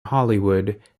hollywood